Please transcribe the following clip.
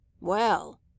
Well